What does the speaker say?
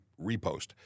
repost